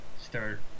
start